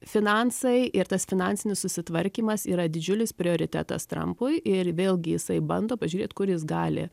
finansai ir tas finansinis susitvarkymas yra didžiulis prioritetas trampui ir vėlgi jisai bando pažiūrėt kur jis gali